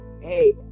Hey